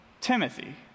Timothy